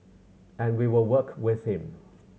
and we will work with him